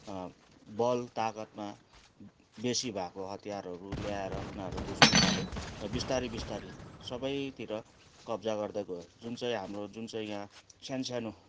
बल तकतमा बेसी भएको हतियारहरू ल्याएर उनीहरू घुस्नु थाल्यो र बिस्तारी बिस्तारी सबैतिर कब्जा गर्दै गयो जुन चाहिँ हाम्रो जुन चाहिँ यहाँ सानो सानो